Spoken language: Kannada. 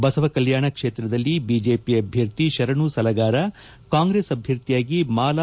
ಬಸವ ಕಲ್ಲಾಣ ಕ್ಷೇತ್ರದಲ್ಲಿ ಏಜೆಪಿ ಅಭ್ಯರ್ಥಿ ಶರಣು ಸಲಗಾರ ಕಾಂಗ್ರೆಸ್ ಅಭ್ಯರ್ಥಿಯಾಗಿ ಮಾಲಾ